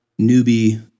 newbie